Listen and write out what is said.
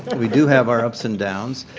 we do have our ups and downs.